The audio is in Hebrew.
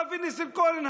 אבי ניסנקורן,